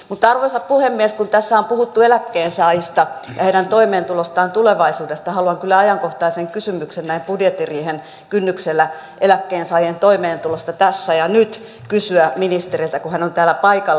mutta arvoisa puhemies kun tässä on puhuttu eläkkeensaajista ja heidän toimeentulostaan tulevaisuudessa haluan kyllä ajankohtaisen kysymyksen näin budjettiriihen kynnyksellä eläkkeensaajan toimeentulosta tässä ja nyt kysyä ministeriltä kun hän on täällä paikalla